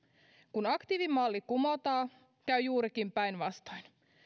kun aktiivimalli kumotaan käy juurikin päinvastoin